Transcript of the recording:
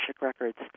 Records